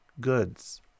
goods